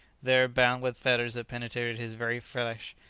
there, bound with fetters that penetrated his very flesh,